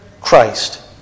Christ